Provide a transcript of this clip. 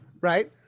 right